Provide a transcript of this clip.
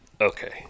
okay